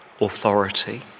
authority